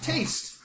Taste